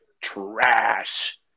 trash